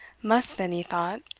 must then, he thought,